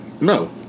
no